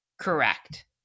correct